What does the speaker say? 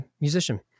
musician